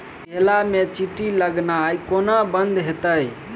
केला मे चींटी लगनाइ कोना बंद हेतइ?